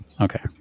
Okay